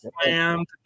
slammed